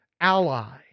ally